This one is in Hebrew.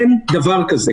אין דבר כזה.